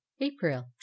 April